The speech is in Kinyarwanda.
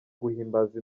guhimbaza